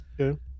okay